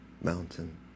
mountain